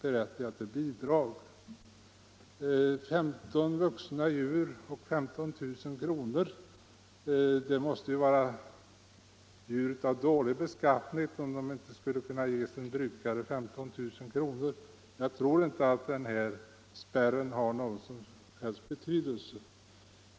berättigad till detta bidrag. Det måste vara djur av dålig beskaffenhet om 15 vuxna djur inte kan ge sin ägare 15 000 kr. i inkomst. Jag tror inte att denna spärr har någon betydelse.